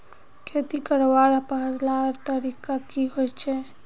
खेती करवार पहला तरीका की होचए?